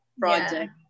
project